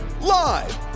Live